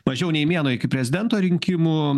mažiau nei mėnuo iki prezidento rinkimų